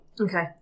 Okay